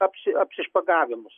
apsi apsišpagavimus